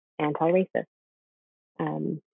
anti-racist